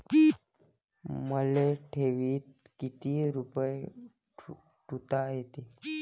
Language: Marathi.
मले ठेवीत किती रुपये ठुता येते?